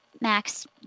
Max